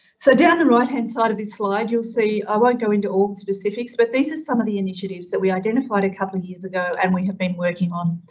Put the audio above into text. so down the right hand side of this slide, you'll see, i won't go into all the specifics, but these are some of the initiatives that we identified a couple of years ago and we have been working on.